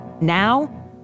Now